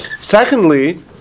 Secondly